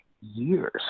years